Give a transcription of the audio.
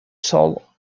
soul